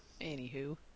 Anywho